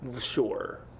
Sure